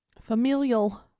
Familial